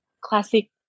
classic